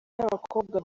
n’abakobwa